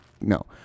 no